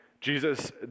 Jesus